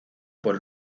por